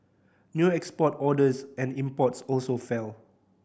new export orders and imports also fell